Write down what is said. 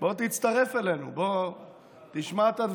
בוא, תצטרף אלינו.